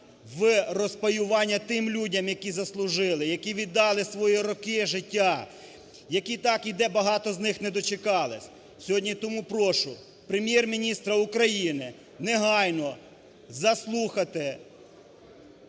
в розпаювання тим людям, які заслужили, які віддали свої роки життя, які так і де багато з них не дочекались. Сьогодні тому прошу Прем'єр-міністра України негайно заслухати